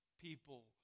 people